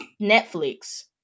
Netflix